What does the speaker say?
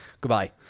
Goodbye